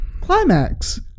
Climax